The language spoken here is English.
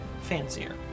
fancier